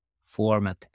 format